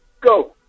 go